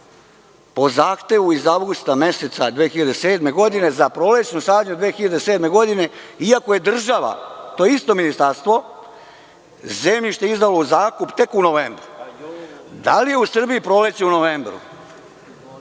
po zahtevu iz avgusta meseca 2007. godine za prolećnu sadnju 2007. godine, iako je država, to isto ministarstvo, zemljište izdalo u zakup tek u novembru? Da li je u Srbiji proleće u novembru